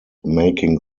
making